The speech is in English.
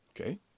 okay